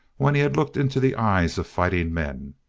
when he had looked into the eyes of fighting men.